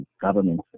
government